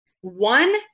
one